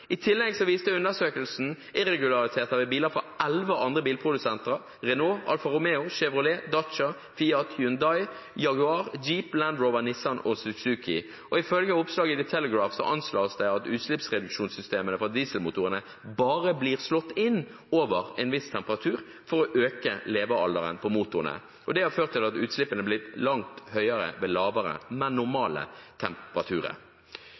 I tillegg viste undersøkelsen irregulariteter i biler fra elleve andre bilprodusenter: Renault, Alfa Romeo, Chevrolet, Dacia, Fiat, Hyundai, Jaguar, Jeep, Land Rover, Nissan og Suzuki. Og ifølge et oppslag i The Telegraph anslås det at utslippsreduksjonssystemene for dieselmotorene bare blir slått inn over en viss temperatur for å øke levealderen på motorene. Det har ført til at utslippene er blitt langt høyere ved lavere, men normale temperaturer.